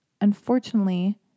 Unfortunately